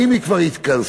האם היא כבר התכנסה?